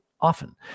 often